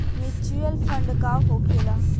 Mutual fund का होखेला?